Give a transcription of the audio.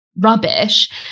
rubbish